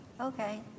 okay